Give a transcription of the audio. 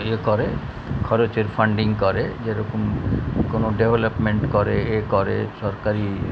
ইয়ে করে খরচের ফান্ডিং করে যেরকম কোনো ডেভেলপমেন্ট করে এ করে সরকারি